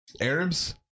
Arabs